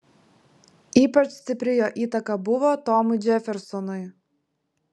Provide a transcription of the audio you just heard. ypač stipri jo įtaka buvo tomui džefersonui